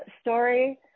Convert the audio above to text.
story